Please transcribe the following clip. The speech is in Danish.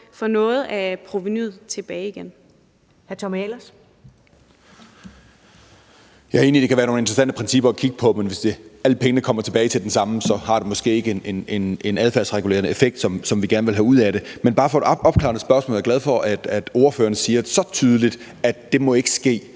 Hr. Tommy Ahlers. Kl. 12:20 Tommy Ahlers (V): Jeg er enig i, at det kan være nogle interessante principper at kigge på, men hvis alle pengene kommer tilbage til den samme, har det måske ikke den adfærdsregulerende effekt, som vi gerne vil have ud af det. Men jeg har bare et opklarende spørgsmål, og jeg er glad for, at ordføreren siger så tydeligt, at det ikke må ske.